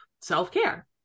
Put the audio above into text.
self-care